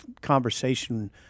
conversation